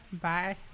bye